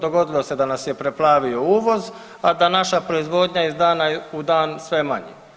Dogodilo se da nas je preplavio uvoz, a da naša proizvodnja iz dana u dan sve je manja.